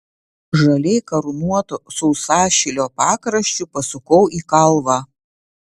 žaliai karūnuoto sausašilio pakraščiu pasukau į kalvą